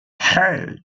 hey